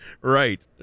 right